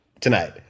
tonight